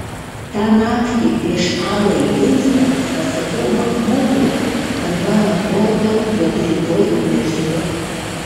tą naktį prieš alai gimstant pasakiau machmudui kad man atrodo jog rytoj mirsiu